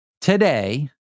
today